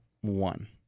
one